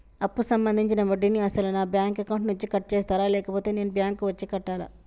అప్పు సంబంధించిన వడ్డీని అసలు నా బ్యాంక్ అకౌంట్ నుంచి కట్ చేస్తారా లేకపోతే నేను బ్యాంకు వచ్చి కట్టాలా?